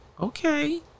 okay